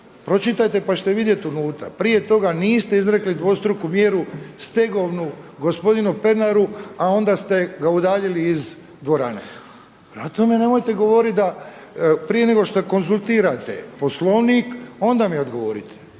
pročitajte pa ćete vidjeti unutra. Prije toga niste izrekli dvostruku mjeru stegovnu gospodinu Pernaru, a onda ste ga udaljili iz dvorane. Prema tome, nemojte govoriti da prije nego konzultirate Poslovnik onda mi odgovorite.